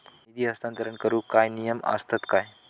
निधी हस्तांतरण करूक काय नियम असतत काय?